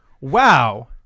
wow